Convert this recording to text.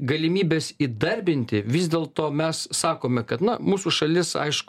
galimybes įdarbinti vis dėl to mes sakome kad na mūsų šalis aišku